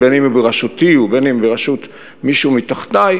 בין אם בראשותי ובין אם בראשות מישהו מתחתי,